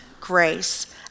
grace